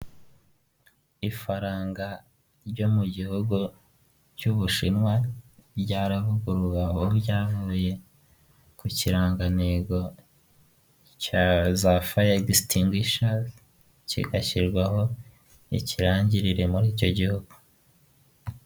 Ifaranga ryo mu gihugu cy'Ubushinwa ryaravuguruwe aho ryavuye ku kirangantego cya za faya egisitanguwisha kigashyirwaho ikirangirire muri icyo gihugu.